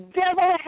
devil